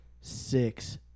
six